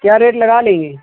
क्या रेट लगा लेंगे